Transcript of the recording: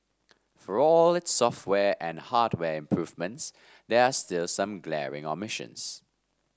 for all its software and hardware improvements there are still some glaring omissions